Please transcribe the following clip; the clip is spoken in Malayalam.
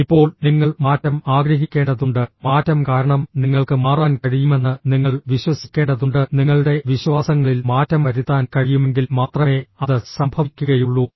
ഇപ്പോൾ നിങ്ങൾ മാറ്റം ആഗ്രഹിക്കേണ്ടതുണ്ട് മാറ്റം കാരണം നിങ്ങൾക്ക് മാറാൻ കഴിയുമെന്ന് നിങ്ങൾ വിശ്വസിക്കേണ്ടതുണ്ട് നിങ്ങളുടെ വിശ്വാസങ്ങളിൽ മാറ്റം വരുത്താൻ കഴിയുമെങ്കിൽ മാത്രമേ അത് സംഭവിക്കുകയുള്ളൂ